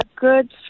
good